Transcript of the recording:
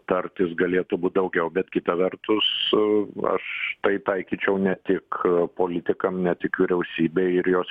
tartis galėtų būt daugiau bet kita vertus aš tai taikyčiau ne tik politikam ne tik vyriausybei ir jos